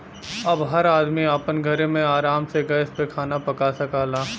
अब हर आदमी आपन घरे मे आराम से गैस पे खाना पका सकला